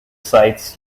sites